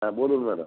হ্যাঁ বলুন ম্যাডাম